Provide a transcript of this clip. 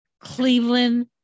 Cleveland